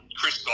Chris